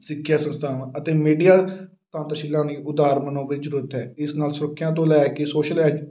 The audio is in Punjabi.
ਸਿੱਖਿਆਂ ਸੰਸਥਾਵਾਂ ਅਤੇ ਮੀਡੀਆ ਤੰਤਸ਼ੀਲਾਂ ਦੀ ਉਦਹਾਰਨ ਨੂੰ ਵੀ ਜ਼ਰੂਰਤ ਹੈ ਇਸ ਨਾਲ ਸੁਰੱਖਿਆ ਤੋਂ ਲੈ ਕੇ ਸੋਸ਼ਲ ਐਜੂ